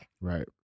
Right